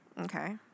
Okay